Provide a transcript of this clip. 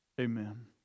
amen